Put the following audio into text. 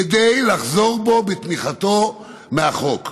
כדי לחזור בו מתמיכתו בחוק.